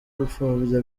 gupfobya